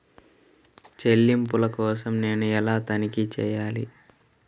చెల్లింపుల కోసం నేను ఎలా తనిఖీ చేయాలి?